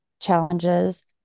challenges